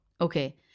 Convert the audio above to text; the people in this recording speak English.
Okay